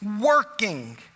working